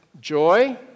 joy